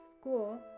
School